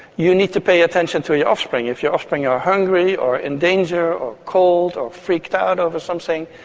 you need to pay attention to your offspring. if your offspring are hungry or in danger or cold or freaked out over something,